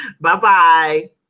Bye-bye